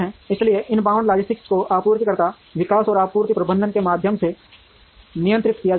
इसलिए inbound logistics को आपूर्तिकर्ता विकास और आपूर्ति प्रबंधन के माध्यम से नियंत्रित किया जाता है